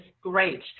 great